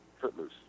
Footloose